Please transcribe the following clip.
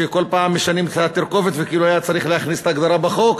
שכל פעם משנים את התרכובת וכאילו היה צריך להכניס את ההגדרה בחוק.